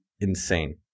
insane